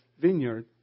vineyard